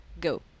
Go